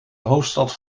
hoofdstad